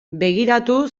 begiratu